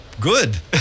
good